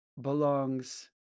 belongs